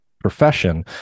profession